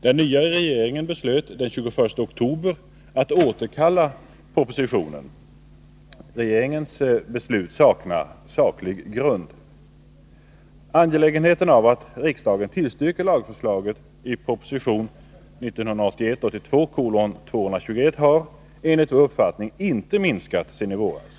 Den nya regeringen beslöt den 21 oktober att återkalla propositionen. Regeringens beslut saknar saklig grund. Angelägenheten av att riksdagen bifaller lagförslaget i proposition 1981/82:221 har enligt vår uppfattning inte minskat sedan i våras.